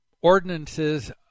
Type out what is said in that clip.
ordinances